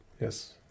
Yes